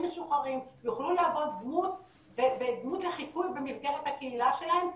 משוחררים ויוכלו להוות לחיקוי במסגרת הקהילה שלהם,